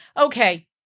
okay